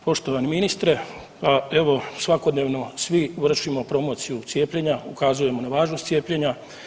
Poštovani ministre evo svakodnevno svi vršimo promociju cijepljenja, ukazujemo na važnost cijepljenja.